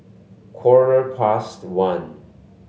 quarter past one